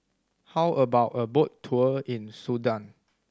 how about a boat tour in Sudan